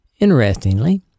Interestingly